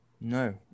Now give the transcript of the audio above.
No